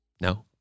No